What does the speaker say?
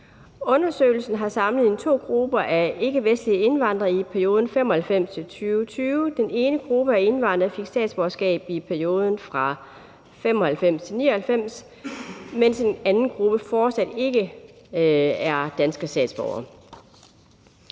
Undersøgelsen har sammenlignet to grupper af ikkevestlige indvandrere i perioden 1995-2020. Den ene gruppe af indvandrere fik statsborgerskab i perioden fra 1995 til 1999, mens den anden gruppe fortsat ikke er danske statsborgere.